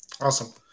Awesome